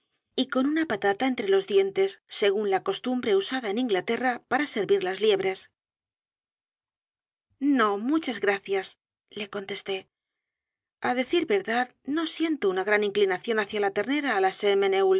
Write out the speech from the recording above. y con una patata entre los dientes según la costumbre usada en inglaterra para servir las liebres no muchas gracias le contesté á decir verdad no siento una gran inclinación hacia la ternera á la